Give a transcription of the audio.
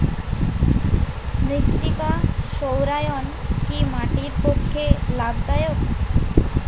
মৃত্তিকা সৌরায়ন কি মাটির পক্ষে লাভদায়ক?